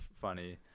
funny